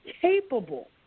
capable